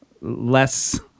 less